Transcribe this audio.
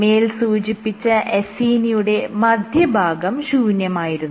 മേൽ സൂചിപ്പിച്ച അസീനിയുടെ മധ്യഭാഗം ശൂന്യമായിരുന്നു